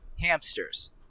Hamsters